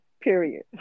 Period